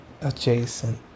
adjacent